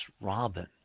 robin